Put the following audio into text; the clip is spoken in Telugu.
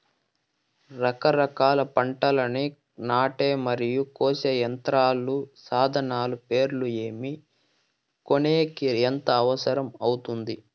రకరకాల పంటలని నాటే మరియు కోసే యంత్రాలు, సాధనాలు పేర్లు ఏమి, కొనేకి ఎంత అవసరం అవుతుంది?